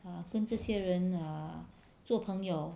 err 跟这些人 err 做朋友